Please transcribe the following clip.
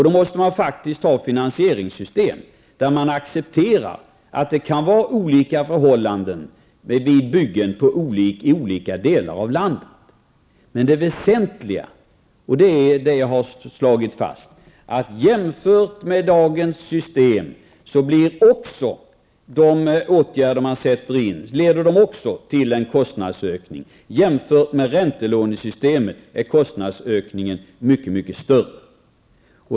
Då måste man faktiskt ha finansieringssystem där man accepterar att det kan vara olika förhållanden vid byggen i olika delar av landet. Men det väsentliga, och det är det jag har slagit fast, är att jämfört med dagens system så leder de åtgärder man nu sätter in också till en kostnadsökning. I förhållande till räntesystemet är alltså kostnadsökningen egentligen mycket, mycket större.